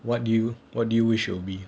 what do you what do your wish will be